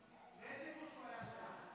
לאיזה גוש הוא היה שייך?